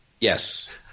yes